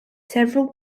several